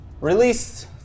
release